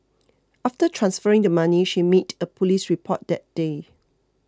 after transferring the money she made a police report that day